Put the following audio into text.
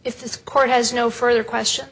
if this court has no further question